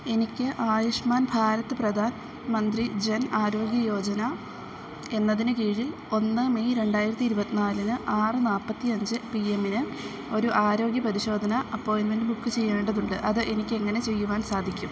എനിക്ക് ആയുഷ്മാൻ ഭാരത് പ്രധാൻമന്ത്രി ജൻ ആരോഗ്യ യോജന എന്നതിന് കീഴിൽ ഒന്ന് മെയ് രണ്ടായിരത്തി ഇരുപത്തിനാലിന് ആറ് നാല്പ്പത്തിയഞ്ച് പി എമ്മിന് ഒരു ആരോഗ്യപരിശോധന അപ്പോയിൻ്റ്മെൻ്റ് ബുക്ക് ചെയ്യേണ്ടതുണ്ട് അത് എനിക്കെങ്ങനെ ചെയ്യുവാൻ സാധിക്കും